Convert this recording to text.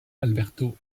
alberto